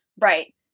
Right